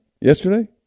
Yesterday